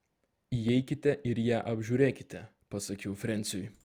įeikite ir ją apžiūrėkite pasakiau frensiui